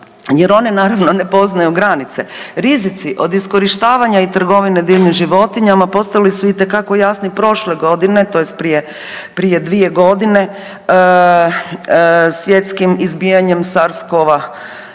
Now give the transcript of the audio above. jer one naravno ne poznaju granice. Rizici od iskorištavanja i trgovine divljim životinjama postali su itekako jasni prošle godine tj. prije, prije 2.g. svjetskim izbijanjem SARS-CoV-2